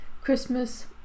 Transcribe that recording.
Christmas